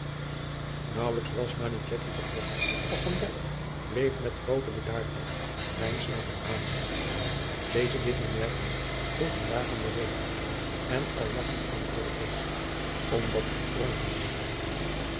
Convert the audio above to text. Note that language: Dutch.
naauwelijks was manichetti vertrokken of van dijk bleef met groote bedaardheid lijnslager aanzien deze dit bemerkende vroeg hem daarvan de reden en al lagchende antwoordde deze omdat gij dronken zijt